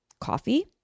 coffee